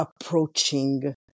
approaching